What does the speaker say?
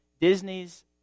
Disney's